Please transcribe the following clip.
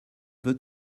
veut